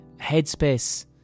Headspace